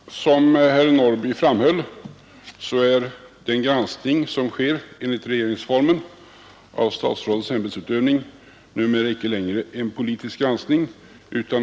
Herr talman! Som herr Norrby i Åkersberga framhöll är den granskning av statsrådens ämbetsutövning som sker enligt regeringsformen numera icke längre en politisk granskning.